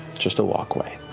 just a walkway.